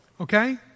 Okay